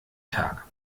tag